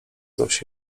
złość